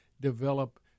develop